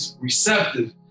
receptive